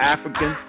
African